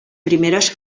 primeres